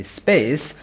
space